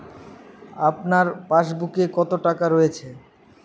আপনার পাসবুকে কত টাকা রয়েছে?